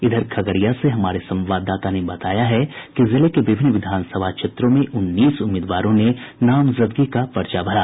इधर खगड़िया से हमारे संवाददाता ने बताया है कि जिले के विभिन्न विधानसभा क्षेत्रों में उन्नीस उम्मीदवारों ने नामजदगी का पर्चा भरा